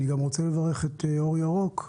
אני גם רוצה לברך את אור ירוק,